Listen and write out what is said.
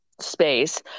space